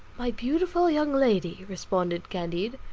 my beautiful young lady, responded candide,